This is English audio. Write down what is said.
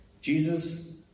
Jesus